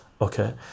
okay